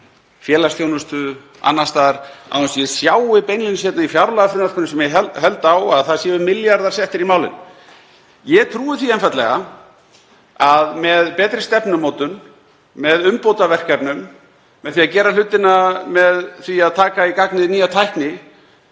félagsþjónustu og annars staðar, án þess að ég sjái beinlínis í fjárlagafrumvarpinu sem ég held á að milljarðar séu settir í málin? Ég trúi því einfaldlega að með betri stefnumótun, með umbótaverkefnum, með því að gera hlutina, með því að taka í gagnið nýja tækni,